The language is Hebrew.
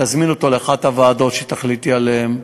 להזמין אותו לאחת הוועדות שתחליטי עליהן,